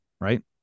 right